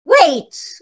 wait